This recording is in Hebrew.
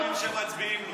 רק לערבים שמצביעים לו.